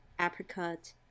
apricot